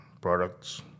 products